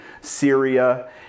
Syria